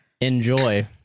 Enjoy